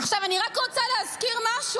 עכשיו אני רק רוצה להזכיר משהו,